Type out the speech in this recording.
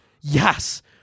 Yes